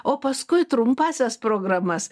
o paskui trumpąsias programas